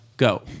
go